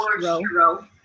hero